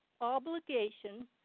obligation